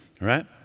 right